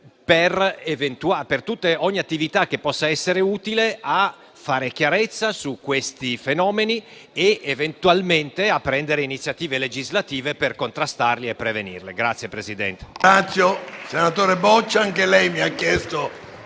per ogni attività che possa essere utile a fare chiarezza su questi fenomeni e, eventualmente, a prendere iniziative legislative per contrastarli e prevenirli.